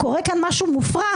הרי קורה כאן משהו מופרע,